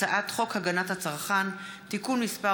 הצעת חוק הגנת הצרכן (תיקון מס'